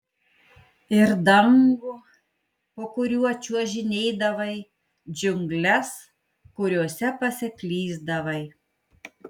ir dangų po kuriuo čiuožinėdavai džiungles kuriose pasiklysdavai